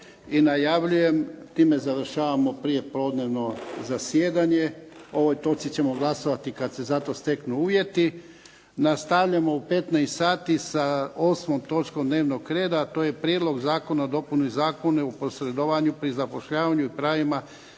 i najavljujem, time završavamo prijepodnevno zasjedanje. O ovoj točci ćemo glasovati kad se za to steknu uvjeti. Nastavljamo u 15 sati sa 8. točkom dnevnog reda, a to je Prijedlog zakona o dopunama Zakona o posredovanju pri zapošljavanju i pravima